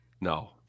No